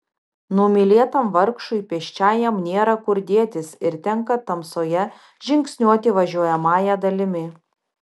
numylėtam vargšui pėsčiajam nėra kur dėtis ir tenka tamsoje žingsniuoti važiuojamąja dalimi